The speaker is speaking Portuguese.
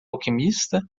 alquimista